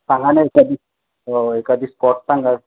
पाहा ना एखादी हो एखादी स्पॉट सांगा